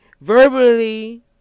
verbally